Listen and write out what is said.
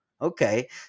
okay